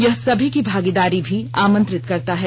यह सभी की भागीदारी भी आमंत्रित करता है